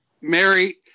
Mary